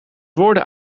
woorden